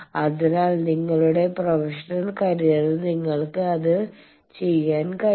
അതിനാൽ നിങ്ങളുടെ പ്രൊഫഷണൽ കരിയറിൽ നിങ്ങൾക്ക് അത് ചെയ്യാൻ കഴിയും